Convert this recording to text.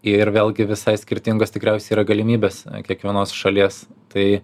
ir vėlgi visai skirtingos tikriausiai yra galimybės kiekvienos šalies tai